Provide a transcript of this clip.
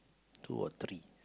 two or three